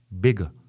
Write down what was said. bigger